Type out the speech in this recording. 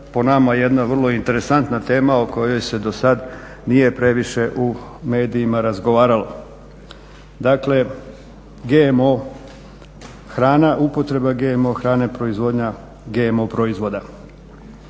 po nama jedna vrlo interesantna tema o kojoj se do sada nije previše u medijima razgovaralo. Dakle, GMO hrana, upotreba GMO hrane, proizvodnja GMO proizvoda.